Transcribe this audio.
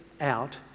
out